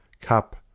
cup